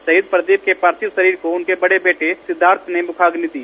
शहीद प्रदीप के पार्थिव शरीर को उनक बड़े बेटे सिद्धार्थ ने मुखाग्नि दी